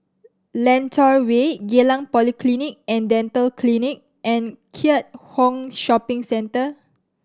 Lentor Way Geylang Polyclinic And Dental Clinic and Keat Hong Shopping Centre